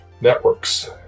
networks